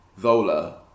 Zola